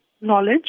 knowledge